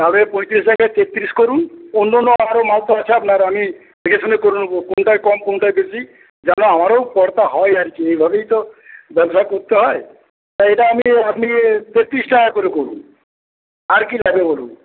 তাহলে পঁয়তিরিশের জায়গায় তেত্তিরিশ করুন অন্যান্য আরো মাল তো আছে আপনার আমি দেখে শুনে করে নেবো কোনটায় কম কোনটায় বেশি যেন আমারও পরতা হয় আরকি এইভাবেই তো ব্যবসা করতে হয় তা এটা আমি আপনি তেত্তিরিশ টাকা করে করুন আর কী লাগবে বলুন